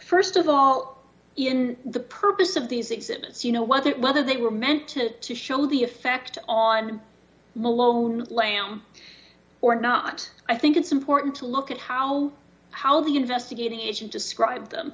st of all in the purpose of these exhibits you know whether whether they were meant to show the effect on malone lamb or not i think it's important to look at how how the investigation described them